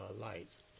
lights